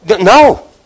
No